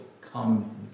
come